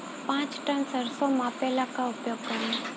पाँच टन सरसो मापे ला का उपयोग करी?